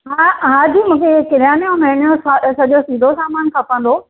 हा हाजी मूंखे इहे किरियाने जो महीने जो स सॼो सीधो सामान खपंदो हुओ